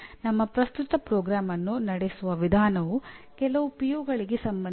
ಮತ್ತು ಈಗ ಸಂಸ್ಥೆಯ ಮಟ್ಟದ ಮಾನದಂಡಗಳಿಗೆ ಬರೋಣ